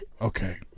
Okay